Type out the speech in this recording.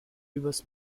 übers